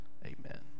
Amen